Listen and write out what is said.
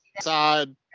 side